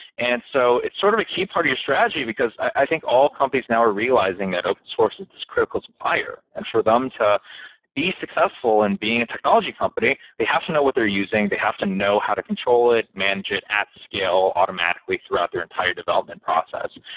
and so it's sort of a key part of your strategy, because i think all companies now are realizing that open source is this critical supplier. and for them to the be successful and being a technology company, they have to know what they're using. they have to know how to control it, manage it at scale automatically throughout their entire development process.